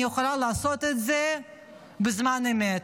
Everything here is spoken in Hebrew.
אני יכולה לעשות את זה בזמן אמת.